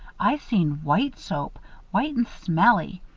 i seen white soap white and smelly.